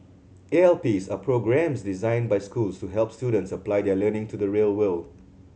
A L Ps are programmes designed by schools to help students apply their learning to the real world